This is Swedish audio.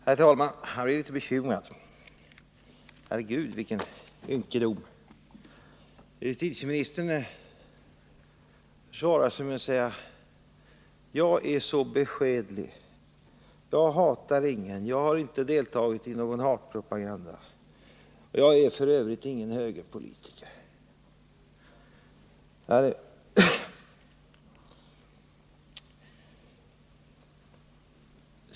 Herr talman! Jag blir bekymrad när jag lyssnar på Håkan Winberg. Herre Gud, vilken ynkedom! Justitieministern försvarar sig med att säga: Jag är så beskedlig, jag hatar ingen, jag har inte deltagit i någon hatpropaganda, och jag är f.ö. ingen högerpolitiker.